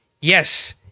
yes